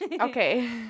Okay